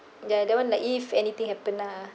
ya that one like if anything happen lah